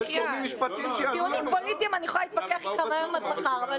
לגבי טיעונים פוליטיים אני יכולה להתווכח איתך מהיום עד מחר,